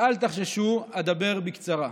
ואל תחששו, אדבר בקצרה.